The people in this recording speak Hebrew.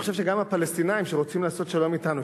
ואני חושב שגם הפלסטינים שרוצים לעשות שלום אתנו,